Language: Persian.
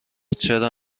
چرا